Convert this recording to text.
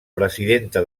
presidenta